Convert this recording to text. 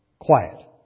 Quiet